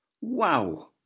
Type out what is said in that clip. Wow